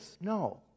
No